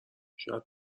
شاید